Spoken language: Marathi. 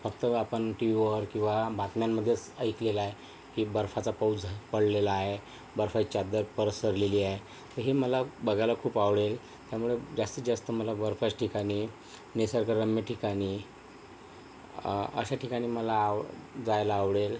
फक्त आपण टीव्हीवर किंवा बातम्यांमध्येच ऐकलेलं आहे की बर्फाचा पाऊस झाला पडलेला आहे बर्फाची चादर पसरलेली आहे हे मला बघायला खूप आवडेल त्यामुळे जास्तीत जास्त मला बर्फाच्या ठिकाणी निसर्गरम्य ठिकाणी अशा ठिकाणी मला आव जायला आवडेल